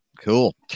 Cool